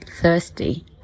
thirsty